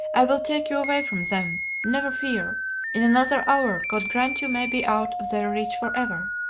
i will take you away from them, never fear in another hour god grant you may be out of their reach for ever!